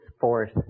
force